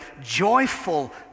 joyful